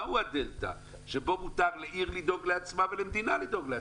מהי הדלתא שבו מותר לעיר לדאוג לעצמה ולמדינה לדאוג לעצמה.